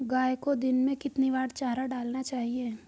गाय को दिन में कितनी बार चारा डालना चाहिए?